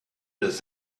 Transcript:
does